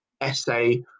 essay